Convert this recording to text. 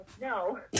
No